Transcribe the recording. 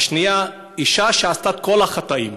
השנייה: אישה שעשתה את כל החטאים,